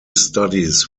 studies